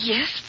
Yes